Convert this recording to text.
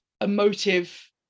emotive